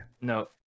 No